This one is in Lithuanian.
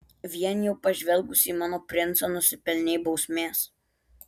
vien jau pažvelgusi į mano princą nusipelnei bausmės